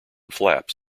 flaps